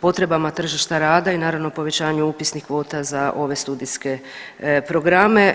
potrebama tržišta rada i naravno povećanju upisnih kvota za ove studijske programe.